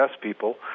people